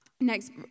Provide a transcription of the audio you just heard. Next